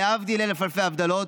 להבדיל אלף אלפי הבדלות,